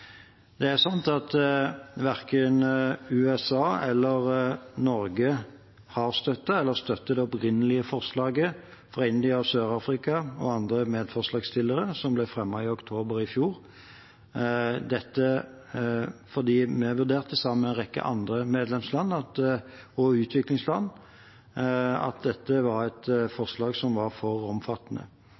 Verken USA eller Norge har støttet eller støtter det opprinnelige forslaget som ble fremmet i oktober i fjor av India, Sør-Afrika og andre medforslagsstillere. Vi vurderte sammen med en rekke andre medlemsland og utviklingsland at dette var et forslag som var for omfattende.